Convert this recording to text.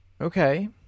Okay